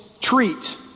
treat